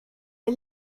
est